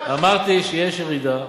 אמרתי שיש ירידה.